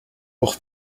auch